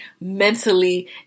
mentally